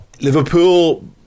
Liverpool